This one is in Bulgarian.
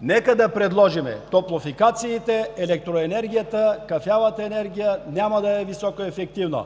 нека да предложим топлофикациите, електроенергията, кафявата енергия няма да е високоефективна,